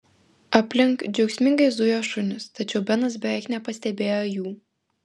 aplink džiaugsmingai zujo šunys tačiau benas beveik nepastebėjo jų